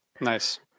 Nice